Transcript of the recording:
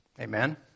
Amen